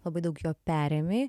labai daug jo perėmei